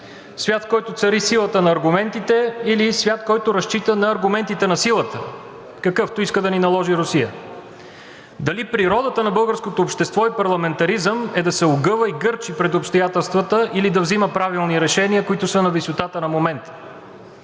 свят, в който цари силата на аргументите, или свят, който разчита на аргументите на силата, какъвто иска да ни наложи Русия? Дали природата на българското общество и парламентаризъм е да се огъва и гърчи пред обстоятелствата или да взима правилни решения, които са на висотата на момента?